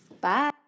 Bye